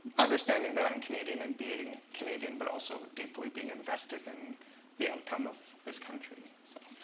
understanding that i'm canadian and being canadian, but also deeply being invested in the outcome of this country. so